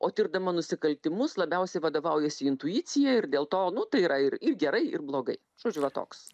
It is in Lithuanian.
o tirdama nusikaltimus labiausiai vadovaujasi intuicija ir dėl to nu tai yra ir ir gerai ir blogai žodžiu va toks